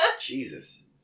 Jesus